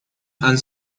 han